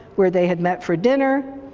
where they had met for dinner.